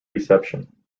reception